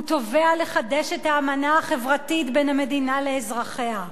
הוא תובע לחדש את האמנה החברתית בין המדינה לאזרחיה,